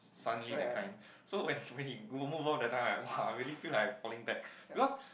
suddenly that kind so when when he move off that time right wa I really feel like I'm falling back because